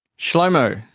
shlomo,